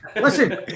Listen